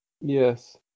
Yes